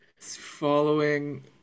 Following